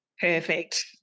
Perfect